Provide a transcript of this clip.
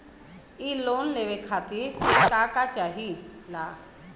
इ लोन के लेवे खातीर के का का चाहा ला?